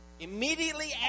Immediately